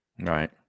Right